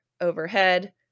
overhead